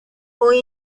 hoy